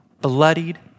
bloodied